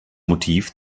motiv